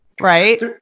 right